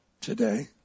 today